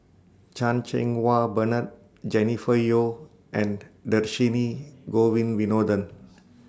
Chan Cheng Wah Bernard Jennifer Yeo and Dhershini Govin Winodan